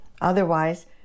Otherwise